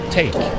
take